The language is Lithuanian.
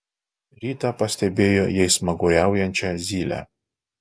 rytą pastebėjo jais smaguriaujančią zylę